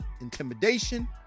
intimidation